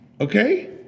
okay